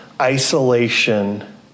isolation